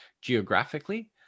geographically